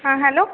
হ্যাঁ হ্যালো